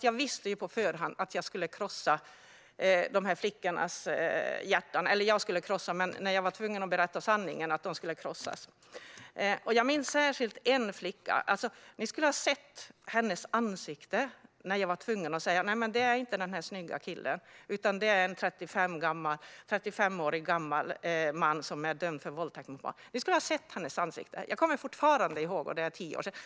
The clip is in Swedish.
Jag visste på förhand att flickornas hjärtan skulle krossas när jag var tvungen att berätta sanningen. Jag minns särskilt en flicka. Ni skulle ha sett hennes ansikte när jag var tvungen att säga: Nej, det är inte den snygga killen, utan det är en 35 år gammal man som är dömd för våldtäkt mot barn. Ni skulle ha sett hennes ansikte. Jag kommer fortfarande ihåg det.